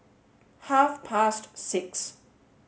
half past six